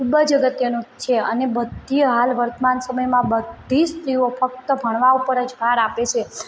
ખૂબ જ અગત્યનું છે અને બધી હાલ વર્તમાન સમયમાં બધી સ્ત્રીઓ ફક્ત ભણવા ઉપર જ ભાર આપે છે